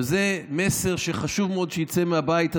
זה מסר שחשוב מאוד שיצא מהבית הזה,